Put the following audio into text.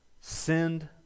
send